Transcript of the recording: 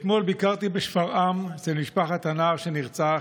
אתמול ביקרתי בשפרעם אצל משפחת הנער שנרצח,